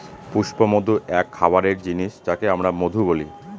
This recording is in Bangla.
পুষ্পমধু এক খাবারের জিনিস যাকে আমরা মধু বলি